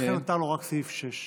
ולכן נותר לו רק סעיף 6,